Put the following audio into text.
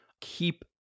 keep